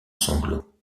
sanglots